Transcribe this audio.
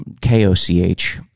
K-O-C-H